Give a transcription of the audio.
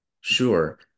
Sure